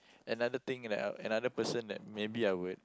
another thing and a another person that maybe I would